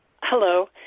Hello